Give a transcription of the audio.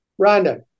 Rhonda